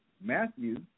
Matthew